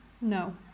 No